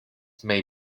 may